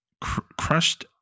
crushed